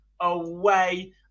away